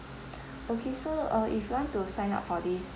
okay so uh if you want to sign up for this